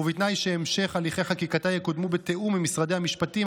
ובתנאי שבהמשך הליכי חקיקתה יקודמו בתיאום עם משרדי המשפטים,